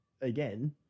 again